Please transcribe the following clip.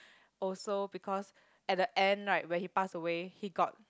also because at the end right when he passed away he got